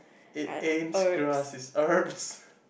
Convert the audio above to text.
it ain't grass it's herbs